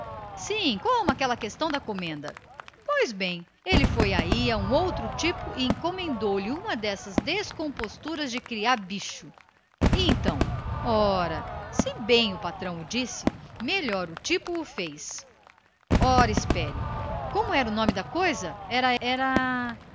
sim como naquela história da comenda bom pois ele foi aí a um outro tipo e encomendou lhe uma dessas descomposturas de criar bicho e então ora se bem o patrão o disse melhor o tipo o fez ora espera como era mesmo o nome da coisa era estou